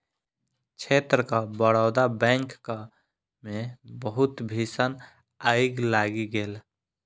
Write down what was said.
क्षेत्रक बड़ौदा बैंकक मे बहुत भीषण आइग लागि गेल